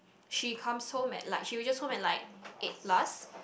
she comes home at like she reaches home at like eight plus